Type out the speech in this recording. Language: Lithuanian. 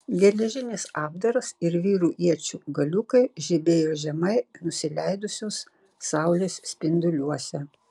geležinis apdaras ir vyrų iečių galiukai žibėjo žemai nusileidusios saulės spinduliuose